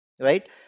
Right